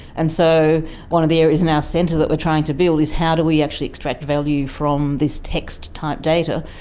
and so one of the areas in our ah centre that we're trying to build is how do we actually extract value from this text-type data.